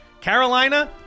carolina